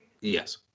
Yes